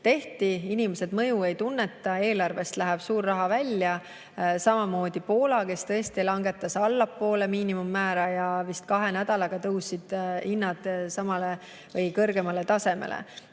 tehti, inimesed mõju ei tunneta, aga eelarvest läheb suur raha välja. Samamoodi Poola, kes tõesti langetas allapoole miinimummäära, ja vist kahe nädalaga tõusid hinnad veel kõrgemale tasemele.